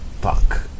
Fuck